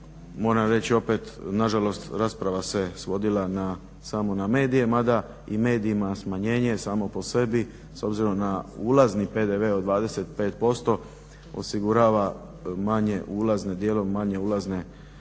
moram reći opet na žalost rasprava se svodila samo na medije, mada i medij ima smanjenje samo po sebi s obzirom na ulazni PDV od 25% osigurava manje ulazne, dijelom manje ulazne